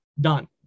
done